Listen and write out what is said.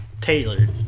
tailored